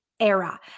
Era